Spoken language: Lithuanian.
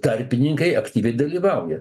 tarpininkai aktyviai dalyvauja